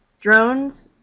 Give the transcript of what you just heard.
drones,